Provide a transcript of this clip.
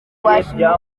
guhashya